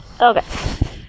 Okay